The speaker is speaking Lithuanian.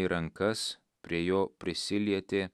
į rankas prie jo prisilietė